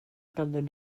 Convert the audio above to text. ganddyn